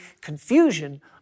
Confusion